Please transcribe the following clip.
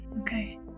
Okay